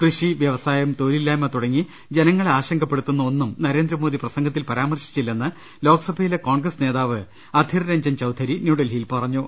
കൃഷി വ്യവ സായം തൊഴിലില്ലായ്മ തുടങ്ങി ജനങ്ങളെ ആശങ്കപ്പെടു ത്തുന്ന ഒന്നും നരേന്ദ്രമോദി പ്രസംഗത്തിൽ പരാമർശിച്ചി ല്ലെന്ന് ലോക്സഭയിലെ കോൺഗ്രസ് നേതാവ് അധിർ ര ഞ്ജൻ ചൌധരി ന്യൂഡൽഹിയിൽ പറഞ്ഞു